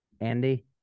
Andy